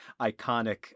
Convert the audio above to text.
iconic